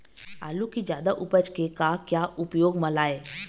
आलू कि जादा उपज के का क्या उपयोग म लाए?